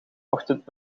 ochtend